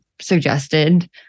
suggested